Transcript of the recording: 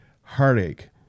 heartache